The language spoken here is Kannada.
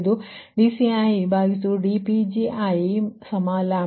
ಇದು dCidPgi for i12m ಆಗಿರುತ್ತದೆ